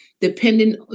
depending